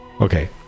okay